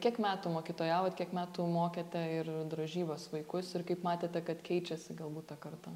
kiek metų mokytojavot kiek metų mokėte ir drožybos vaikus ir kaip matėte kad keičiasi galbūt ta karta